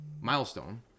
milestone